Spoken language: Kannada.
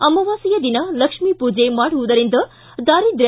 ಅಮಾವಾಸ್ಕೆಯ ದಿನ ಲಕ್ಷ್ಮೀ ಪೂಜೆ ಮಾಡುವುದರಿಂದ ದಾರಿದ್ದ್ರ